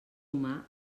humà